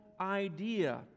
idea